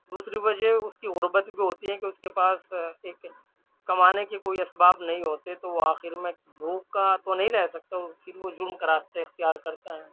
دوسری وجہ اس کی غربت بھی ہوتی ہے کہ اس کے پاس ایک کمانے کی کوئی اسباب نہیں ہوتے تو وہ آخر میں بھوکا تو نہیں رہ سکتا پھر وہ جرم کا راستہ اختیار کرتا ہے